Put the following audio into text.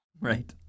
Right